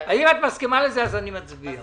אם את מסכימה לזה אז אני מצביע.